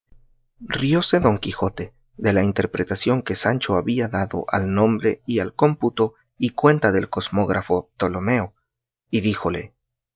don quijote de la interpretación que sancho había dado al nombre y al cómputo y cuenta del cosmógrafo ptolomeo y díjole